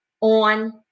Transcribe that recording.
on